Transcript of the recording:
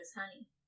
honey